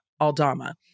Aldama